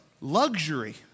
luxury